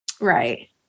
Right